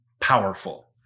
powerful